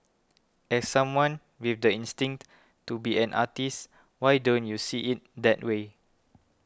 as someone with the instinct to be an artist why don't you see it that way